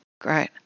Great